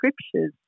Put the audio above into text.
scriptures